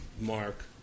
Mark